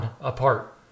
apart